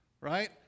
right